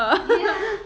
ya